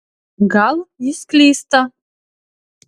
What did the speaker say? gal jis klysta